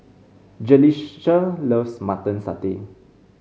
Jalissa loves Mutton Satay